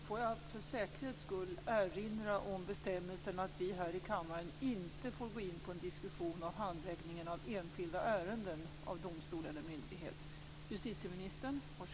Jag vill för säkerhets skull erinra om bestämmelsen att vi här i kammaren inte får gå in på en diskussion om handläggningen av enskilda ärenden av domstol eller myndighet.